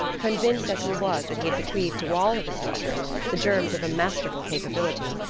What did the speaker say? convinced as he was that he had bequeathed to all of his daughters the germs of a masterful capability,